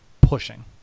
pushing